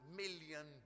million